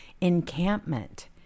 Encampment